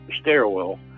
stairwell